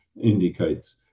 indicates